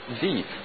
deep